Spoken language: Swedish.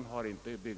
parkeringsplats för sitt fordon.